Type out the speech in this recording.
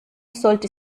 sollte